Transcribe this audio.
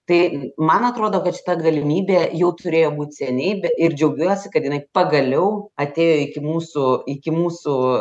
tai man atrodo kad šita galimybė jau turėjo būt seniai ir džiaugiuosi kad jinai pagaliau atėjo iki mūsų iki mūsų